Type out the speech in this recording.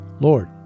Lord